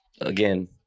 Again